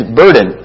burden